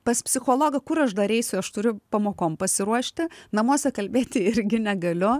pas psichologą kur aš dar eisiu aš turiu pamokom pasiruošti namuose kalbėti irgi negaliu